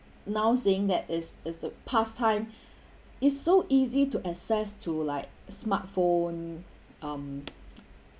now saying that it's it's the pastime it's so easy to access to like a smartphone um